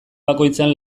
bakoitzean